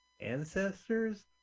ancestors